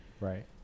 right